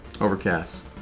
Overcast